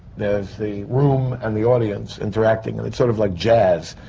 there is the room and the audience and directing. and it's sort of like jazz.